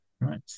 Right